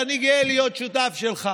בסדר, אני גאה להיות שותף שלך.